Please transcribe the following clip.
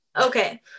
Okay